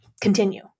continue